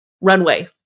runway